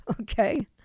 okay